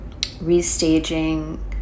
restaging